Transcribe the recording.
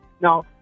Now